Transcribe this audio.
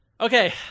Okay